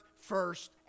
first